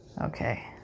Okay